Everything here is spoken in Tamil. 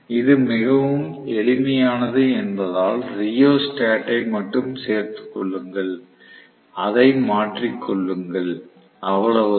இது மிகவும் எளிமையானது என்பதால் ரியோஸ்டாட்டை மட்டும் சேர்த்துக் கொள்ளுங்கள் அதை மாற்றிக் கொள்ளுங்கள் அவ்வளவுதான்